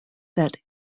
that